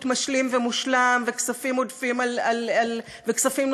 משלים ומושלם וכספים נוספים על תרופות,